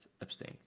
abstain